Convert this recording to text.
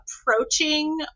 approaching